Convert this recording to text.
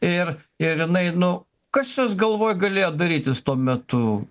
ir ir jinai nu kas jos galvoj galėjo darytis tuo metu